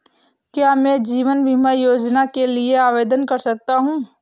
क्या मैं जीवन बीमा योजना के लिए आवेदन कर सकता हूँ?